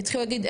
יתחילו להגיד,